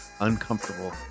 Uncomfortable